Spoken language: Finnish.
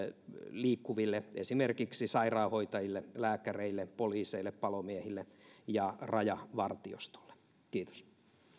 liikkuville esimerkiksi sairaanhoitajille lääkäreille poliiseille palomiehille ja rajavartiostolle kiitos